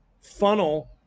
funnel